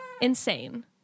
insane